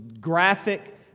graphic